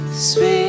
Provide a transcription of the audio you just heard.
Sweet